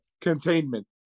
containment